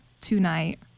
tonight